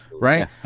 Right